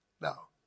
Now